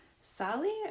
Sally